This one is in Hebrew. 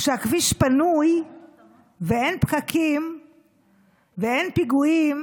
כשהכביש פנוי ואין פקקים ואין פיגועים